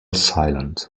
silent